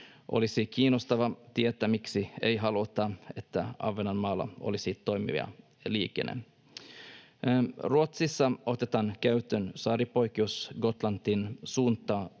Olisi kiinnostavaa tietää, miksi ei haluta, että Ahvenanmaalla olisi toimiva liikenne. Ruotsissa otetaan käyttöön saaripoikkeus Gotlantiin suuntautuvassa